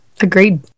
Agreed